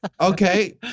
Okay